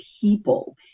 people